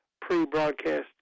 pre-broadcast